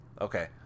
Okay